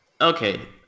Okay